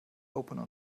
opened